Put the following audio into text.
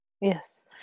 Yes